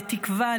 לתקווה,